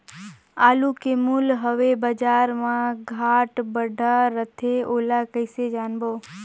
आलू के मूल्य हवे बजार मा घाट बढ़ा रथे ओला कइसे जानबो?